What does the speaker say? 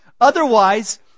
otherwise